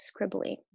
scribbly